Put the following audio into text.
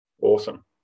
Awesome